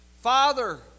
father